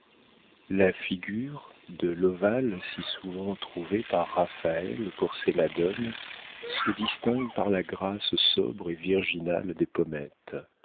la figure de l'ovale si souvent trouvé par raphaël pour ses madones se distingue par la couleur sobre et virginale des pommettes